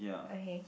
okay